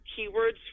keywords